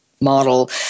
model